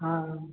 हाँ